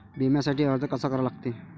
बिम्यासाठी अर्ज कसा करा लागते?